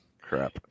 crap